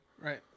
Right